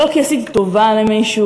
לא כי עשיתי טובה למישהו.